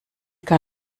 gar